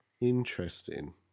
Interesting